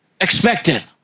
expected